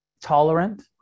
tolerant